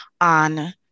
on